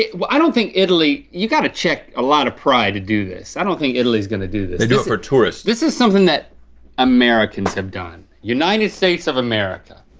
i don't think italy, you gotta check a lot of pride to do this. i don't think italy's gonna do this. they do it for tourists. this is something that americans have done. united states of america.